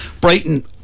Brighton